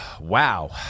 wow